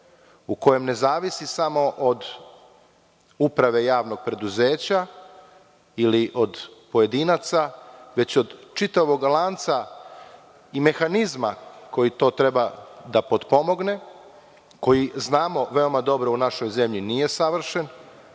u kojem ne zavisi samo od uprave javnog preduzeća ili od pojedinaca, već od čitavog lanca i mehanizma koji to treba da potpomogne, koji znamo veoma dobro da u našoj zemlji nije savršen,